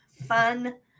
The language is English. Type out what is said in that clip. fun